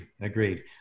Agreed